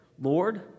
Lord